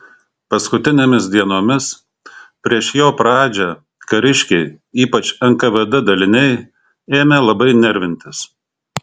paskutinėmis dienomis prieš jo pradžią kariškiai ypač nkvd daliniai ėmė labai nervintis